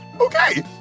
Okay